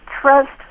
trust